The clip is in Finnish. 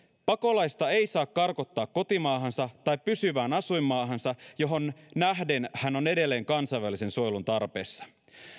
pakolaista ei saa karkottaa kotimaahansa tai pysyvään asuinmaahansa johon nähden hän on edelleen kansainvälisen suojelun tarpeessa